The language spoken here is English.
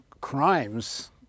crimes